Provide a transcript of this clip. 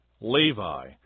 Levi